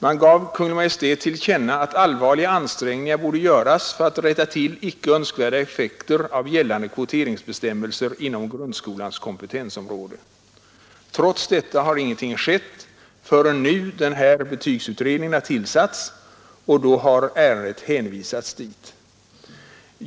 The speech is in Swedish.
Man gav Kungl. Maj:t till känna att allvarliga ansträngningar borde göras för att rätta till icke önskvärda effekter av gällande kvoteringsbestämmelser inom grundskolans kompetensområde. Trots detta har ingenting skett förrän den här betygsutredningen nu har tillsatts och ärendet hänvisats dit.